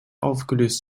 aufgelöst